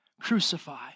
crucify